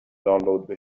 دانلود